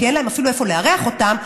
כי אין להם אפילו איפה לארח אותם,